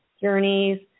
journeys